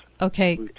Okay